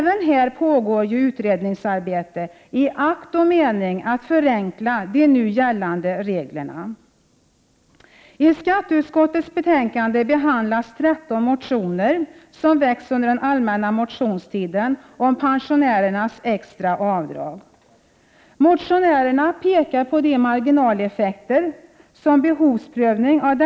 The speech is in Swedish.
Även här pågår ju ett utredningsarbete i akt och mening att förenkla nu gällande regler. I skatteutskottets betänkande 26 behandlas 13 motioner som har väckts under den allmänna motionstiden och som handlar om pensionärernas extra avdrag. Motionärerna pekar på de marginaleffekter som en behovsprövning av Prot.